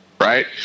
right